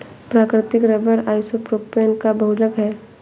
प्राकृतिक rubber isopropene का बहुलक है